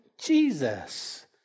Jesus